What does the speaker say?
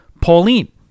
Pauline